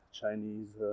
Chinese